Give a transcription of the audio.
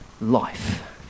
life